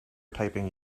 typing